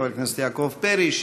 חבר הכנסת יעקב פרי,